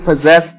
possess